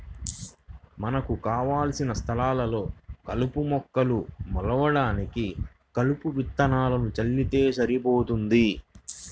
మనకు కావలసిన స్థలాల్లో కలుపు మొక్కలు మొలవడానికి కలుపు విత్తనాలను చల్లితే సరిపోతుంది